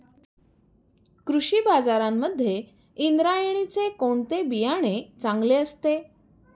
कृषी बाजारांमध्ये इंद्रायणीचे कोणते बियाणे चांगले असते?